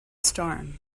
storm